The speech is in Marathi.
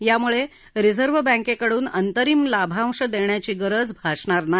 यामुळे रिझव्हं बँकेकडून अंतरिम लाभांश देण्याची गरज भासणार नाही